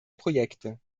projekte